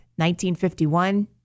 1951